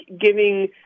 giving